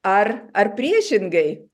ar ar priešingai